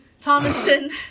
Thomason